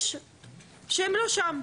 יש שהם לא שם,